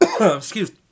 Excuse